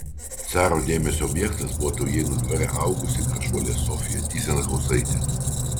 caro dėmesio objektas buvo taujėnų dvare augusi gražuolė sofija tyzenhauzaitė